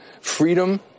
Freedom